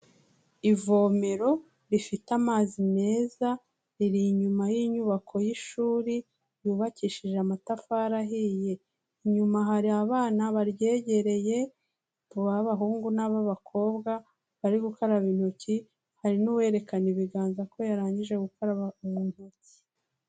Ivomero rifite amazi meza, riri inyuma y'inyubako y'ishuri, yubakishije amatafari ahiye. Inyuma hari abana baryegereye, ab'abahungu n'ab'abakobwa bari gukaraba intoki, hari n'uwerekana ibiganza ko yarangije gukaraba mu ntoki.